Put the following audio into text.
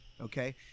Okay